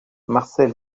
marcel